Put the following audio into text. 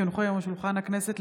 כי הונחו היום על שולחן הכנסת,